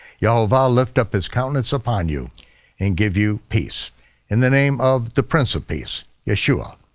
yehovah lift up his countenance upon you and give you peace in the name of the prince of peace, yeshua,